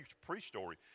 pre-story